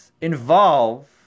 involve